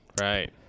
Right